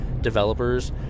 developers